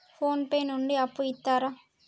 Phone pay నుండి అప్పు ఇత్తరా?